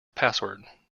password